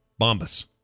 bombas